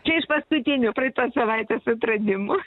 čia iš paskutinių praeitos savaitės atradimų